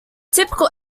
typical